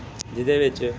ਜਿਹਦੇ ਵਿੱਚ